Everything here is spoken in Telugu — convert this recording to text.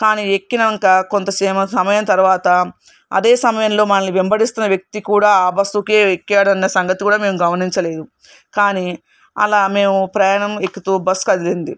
కానీ ఎక్కినాక కొంత సేపు సమయం తర్వాత అదే సమయంలో మనల్ని వెంబడిస్తున్న వ్యక్తి కూడా ఆ బస్సుకే ఎక్కాడన్న సంగతి కూడా మేము గమనించలేదు కానీ అలా మేము ప్రయాణం ఎక్కుతూ బస్సు కదిలింది